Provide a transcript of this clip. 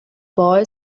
boy